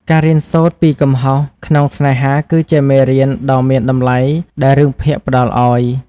ការរៀនសូត្រ ពីកំហុសក្នុងស្នេហាគឺជាមេរៀនដ៏មានតម្លៃដែលរឿងភាគផ្តល់ឱ្យ។